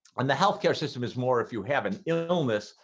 and the health care system is more if you have an illness,